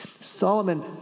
Solomon